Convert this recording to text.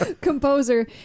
composer